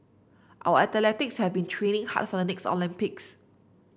our athletes have been training hard for the next Olympics